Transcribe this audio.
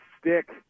stick